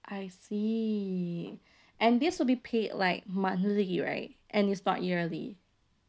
I see and this will be pay like monthly right and it's not yearly